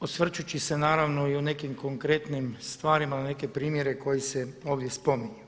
osvrćući se naravno i u nekim konkretnim stvarima na neke primjere koji se ovdje spominju.